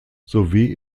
sowie